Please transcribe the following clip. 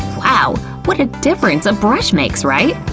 wow what a difference a brush makes, right?